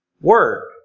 word